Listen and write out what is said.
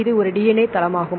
இது ஒரு DNA தளமாகும்